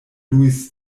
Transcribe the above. louis